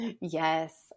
Yes